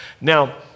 Now